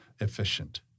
efficient